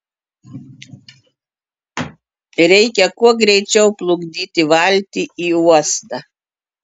reikia kuo greičiau plukdyti valtį į uostą